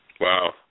Wow